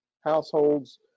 households